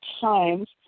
times